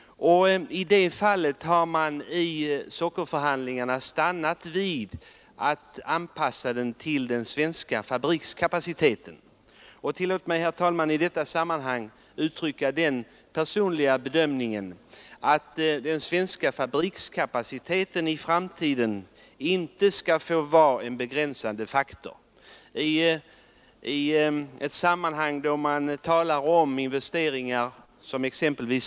I sockerförhandlingarna har man stannat vid att anpassa sockerbetsodlingen till den svenska fabrikskapaciteten. Tillåt mig i detta sammanhang, herr talman, uttrycka den personliga synpunkten att den svenska fabrikskapaciteten i framtiden inte bör få vara en begränsande faktor. I ett läge där man kan besluta investeringar som t.ex.